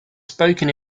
spoken